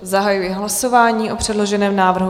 Zahajuji hlasování o předloženém návrhu.